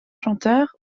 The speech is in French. chanteurs